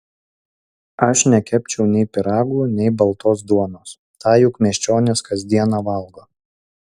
aš nekepčiau nei pyragų nei baltos duonos tą juk miesčionys kas dieną valgo